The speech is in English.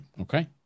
okay